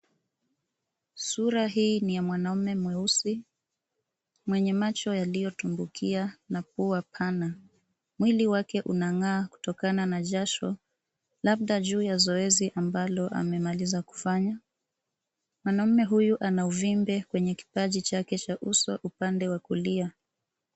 Sura hii ni ya mwanaume mweusi mwenye macho yaliyotumbukia na kuwa pana. Mwili wake unang'aa kutokana na jasho, labda juu ya zoezi ambalo amemaliza kufanya. Mwanaume huyu ana uvimbe kwenye kipaji chake cha uso upande wa kulia.